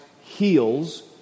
heals